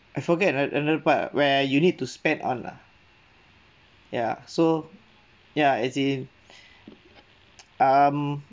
I forget an another part where you need to spend on lah ya so ya as in um